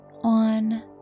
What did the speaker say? on